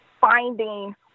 finding